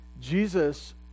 Jesus